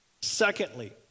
Secondly